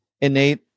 innate